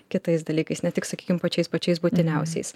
kitais dalykais ne tik sakykim pačiais pačiais būtiniausiais